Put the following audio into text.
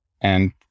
and-